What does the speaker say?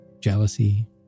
Jealousy